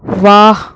واہ